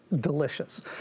delicious